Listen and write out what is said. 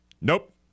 Nope